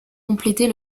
compléter